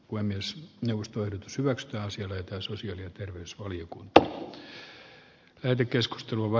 kuin myös neuvosto ekstaasia vetoisuus ja terve aika alkuvaiheessa